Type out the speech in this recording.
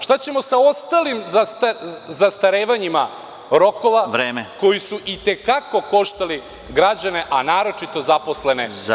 Šta ćemo sa ostalim zastarevanjima rokova koji su i te kako koštali građane, a naročito zaposlene u tim preduzećima?